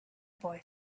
boy